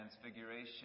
Transfiguration